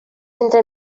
entre